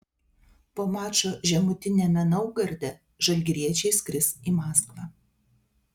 po mačo žemutiniame naugarde žalgiriečiai skris į maskvą